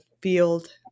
field